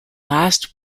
last